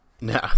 No